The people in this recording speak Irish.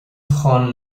chun